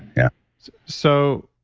yeah so,